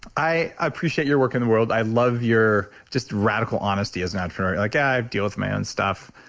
i appreciate your work in the world. i love your just radical honesty is not very. like i've deal with my own stuff.